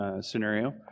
scenario